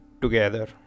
together